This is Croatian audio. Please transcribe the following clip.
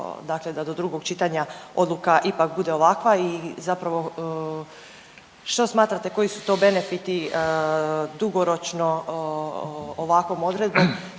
da do drugog čitanja odluka ipak bude ovakva i zapravo što smatrate koji su to benefiti. Dugoročno ovakvom odredbom